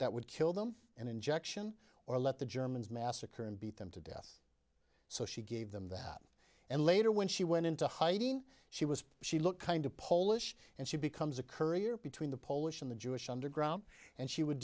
that would kill them and injection or let the germans massacre and beat them to death so she gave them that and later when she went into hiding she was she looked kind of polish and she becomes a courier between the polish and the jewish underground and she would